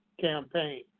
campaign